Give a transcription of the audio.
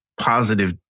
positive